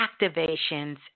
activations